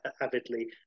avidly